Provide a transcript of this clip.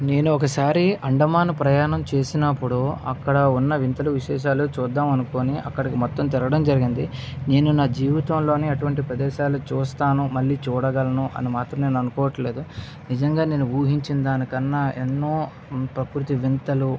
నేను ఒకసారి అండమాన్ ప్రయాణం చేసినప్పుడు అక్కడ ఉన్న వింతలు విశేషాలు చూద్దాం అనుకోని అక్కడికి మొత్తం తిరగడం జరిగింది నేను నా జీవితంలోనే అటువంటి ప్రదేశాలు చూస్తాను మళ్ళీ చూడగలను అని మాత్రం నేను అనుకోవట్లేదు నిజంగా నేను ఉహించినదానికన్నా ఎన్నో ప్రకృతి వింతలు